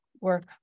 work